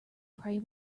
pray